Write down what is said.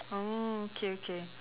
oh okay okay